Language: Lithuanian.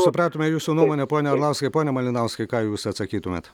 supratome jūsų nuomonę pone arlauskai pone malinauskai ką jūs atsakytumėt